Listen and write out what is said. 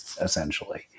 essentially